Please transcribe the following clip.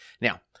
Now